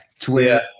Twitter